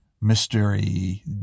mystery